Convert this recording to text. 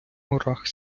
горах